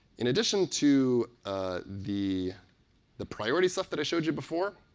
in addition to the the priority stuff that i showed you before,